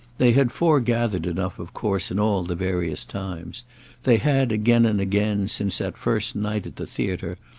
they had foregathered enough of course in all the various times they had again and again, since that first night at the theatre,